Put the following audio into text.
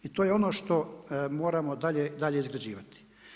I to je ono što moramo dalje izgrađivati.